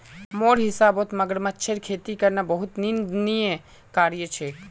मोर हिसाबौत मगरमच्छेर खेती करना बहुत निंदनीय कार्य छेक